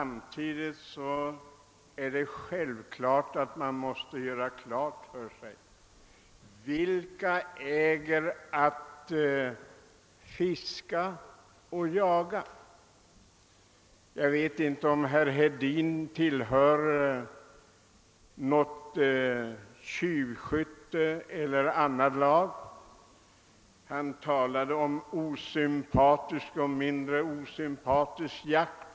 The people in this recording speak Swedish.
Man måste göra klart för sig vilka det är som äger rätt att fiska och jaga i detta land. Jag vet inte om herr Hedin tillhör något tjuvskyttelag eller annat jaktlag, men han talade om osympatisk och mindre osympatisk jakt.